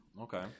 okay